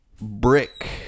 Brick